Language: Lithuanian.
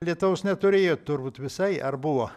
lietaus neturėjot turbūt visai ar buvo